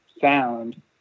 sound